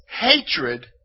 Hatred